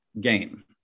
game